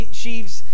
sheaves